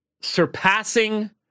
surpassing